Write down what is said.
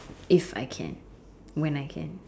if I can when I can